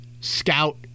scout